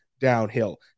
downhill